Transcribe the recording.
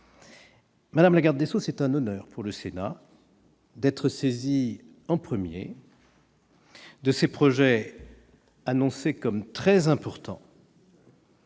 Madame la garde des sceaux, c'est un honneur pour le Sénat d'être saisi en premier de ces projets, annoncés comme très importants